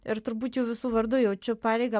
ir turbūt jų visų vardu jaučiu pareigą